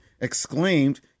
exclaimed